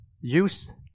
use